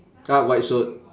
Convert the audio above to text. ah white shirt